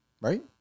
Right